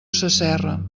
sasserra